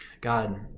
God